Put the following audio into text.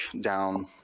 down